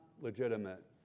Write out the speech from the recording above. legitimate